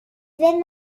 wenn